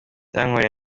yankoreye